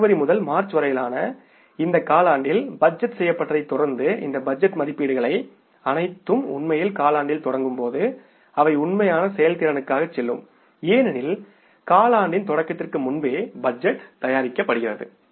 ஜனவரி முதல் மார்ச் வரையிலான இந்த காலாண்டில் பட்ஜெட் செய்யப்பட்டதைத் தொடர்ந்து இந்த பட்ஜெட் மதிப்பீடுகள் அனைத்தும் உண்மையில் காலாண்டில் தொடங்கும் போது அவை உண்மையான செயல்திறனுக்காக செல்லும் ஏனெனில் காலாண்டின் தொடக்கத்திற்கு முன்பே பட்ஜெட் தயாரிக்கப்படுகிறது